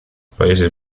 paese